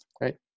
right